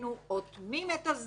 אוטמים את אוזנינו,